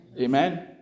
Amen